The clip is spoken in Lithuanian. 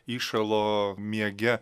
įšalo miege